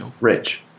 Rich